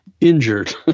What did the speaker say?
injured